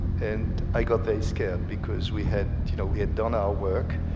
and i got very scared, because we had you know had done our work,